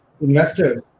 investors